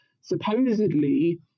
supposedly